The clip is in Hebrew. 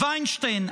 ויינשטיין,